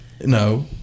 No